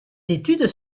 études